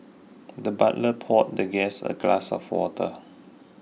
the butler poured the guest a glass of water